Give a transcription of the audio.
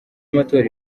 y’amatora